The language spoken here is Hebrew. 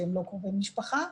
שהם לא קרובי משפחה,